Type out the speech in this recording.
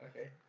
Okay